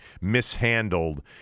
mishandled